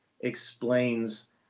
explains